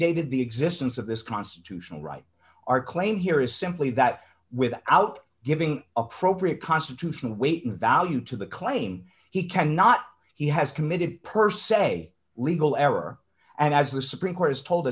predated the existence of this constitutional right our claim here is simply that without giving appropriate constitutional weight value to the claim he cannot he has committed per se legal error and as the supreme court has told